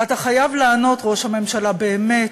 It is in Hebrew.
ואתה חייב לענות, ראש הממשלה, באמת,